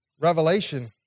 Revelation